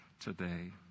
today